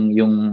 yung